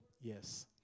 yes